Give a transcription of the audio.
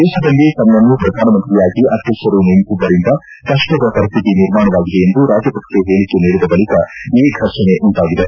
ದೇಶದಲ್ಲಿ ತಮ್ನನ್ನು ಶ್ರಧಾನಮಂತ್ರಿಯಾಗಿ ಅಧ್ಯಕ್ಷರು ನೇಮಿಸಿದ್ದರಿಂದ ಕಷ್ಷದ ಪರಿಸ್ಥಿತಿ ನಿರ್ಮಾಣವಾಗಿದೆ ಎಂದು ರಾಜಪಕ್ಷೆ ಹೇಳಿಕೆ ನೀಡಿದ ಬಳಿಕ ಈ ಘರ್ಷಣೆ ಉಂಟಾಗಿದೆ